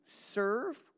serve